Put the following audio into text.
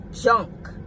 junk